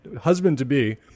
husband-to-be